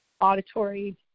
auditory